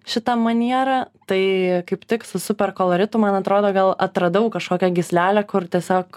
šita maniera tai kaip tik su superkoloritu man atrodo gal atradau kažkokią gyslelę kur tiesiog